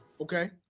Okay